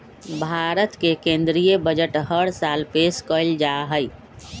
भारत के केन्द्रीय बजट हर साल पेश कइल जाहई